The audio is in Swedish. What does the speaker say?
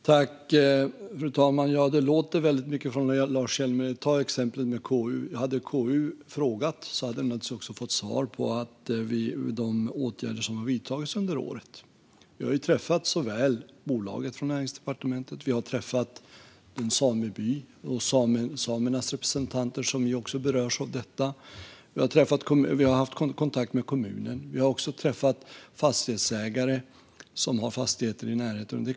Fru talman! Det låter väldigt mycket från Lars Hjälmered. Ta exemplet med KU! Hade KU frågat hade man naturligtvis också fått svar angående de åtgärder som vidtagits under året. Vi har från Näringsdepartementet träffat bolaget. Vi har träffat en sameby och representanter för samerna, som också berörs av detta. Vi har haft kontakt med kommunen. Vi har även träffat fastighetsägare som har fastigheter i närheten.